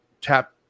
tap